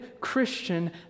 Christian